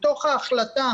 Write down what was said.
מתוך ההחלטה